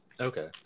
Okay